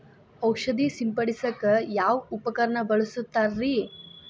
ಔಷಧಿ ಸಿಂಪಡಿಸಕ ಯಾವ ಉಪಕರಣ ಬಳಸುತ್ತಾರಿ?